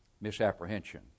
misapprehension